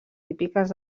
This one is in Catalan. típiques